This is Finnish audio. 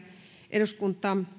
eduskunta